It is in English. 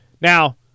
Now